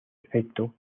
efecto